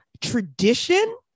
tradition